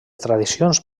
tradicions